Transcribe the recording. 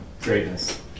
Greatness